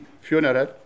funeral